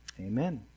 Amen